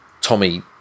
Tommy